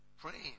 Praying